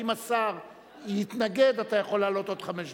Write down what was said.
אם השר יתנגד אתה יכול לעלות עוד חמש דקות.